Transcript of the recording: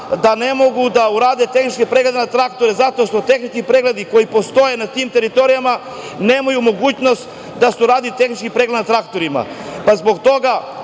da ne mogu da urade tehničke preglede na traktore zato što tehnički pregledi koji postoje na tim teritorijama nemaju mogućnost da urade tehnički pregled na traktorima. Svi smo